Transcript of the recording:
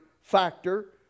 factor